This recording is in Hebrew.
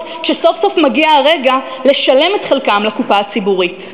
כשסוף-סוף מגיע הרגע לשלם את חלקם לקופה הציבורית.